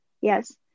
Yes